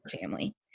Family